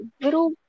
little